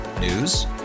News